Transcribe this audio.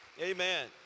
Amen